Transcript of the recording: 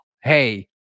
hey